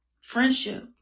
friendship